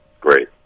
great